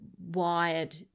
wired